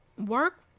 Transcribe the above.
work